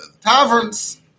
taverns